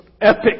epic